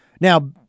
Now